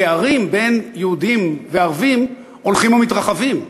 הפערים בין יהודים וערבים הולכים ומתרחבים.